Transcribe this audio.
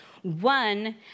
One